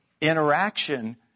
interaction